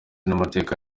n’amateka